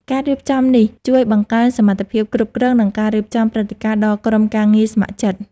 ការរៀបចំនេះជួយបង្កើនសមត្ថភាពគ្រប់គ្រង និងការរៀបចំព្រឹត្តិការណ៍ដល់ក្រុមការងារស្ម័គ្រចិត្ត។